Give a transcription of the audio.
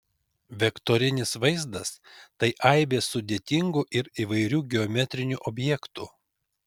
vektorinis vaizdas tai aibė sudėtingų ir įvairių geometrinių objektų